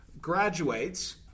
graduates